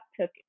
took